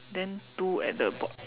then two at the box